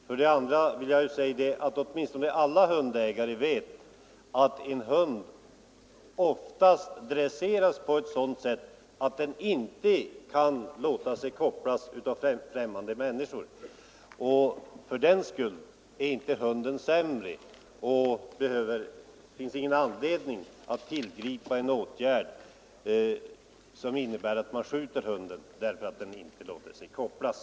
För det andra vill jag framhålla att — som åtminstone alla hundägare känner till — en hund ofta dresseras på ett sådant sätt att den inte låter sig kopplas av främmande människor. För den skull är det inte fråga om en sämre hund. Det finns därför inte heller någon anledning att tillåta att hunden får skjutas på grund av att den inte låter sig kopplas.